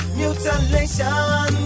mutilation